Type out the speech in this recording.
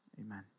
Amen